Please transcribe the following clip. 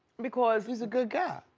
because. he's a good guy.